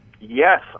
Yes